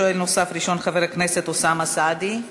שואל נוסף ראשון, חבר הכנסת אוסאמה סעדי.